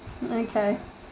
okay